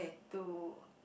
to